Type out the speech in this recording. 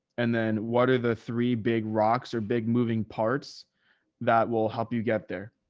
and then what are the three big rocks or big moving parts that will help you get there?